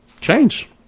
change